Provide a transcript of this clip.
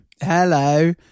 hello